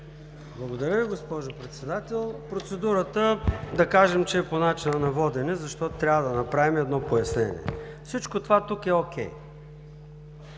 Благодаря Ви, госпожо Председател. Процедурата да кажем, че е по начина на водене, защото трябва да направим едно пояснение. Всичко това тук, е